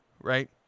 Right